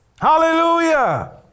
Hallelujah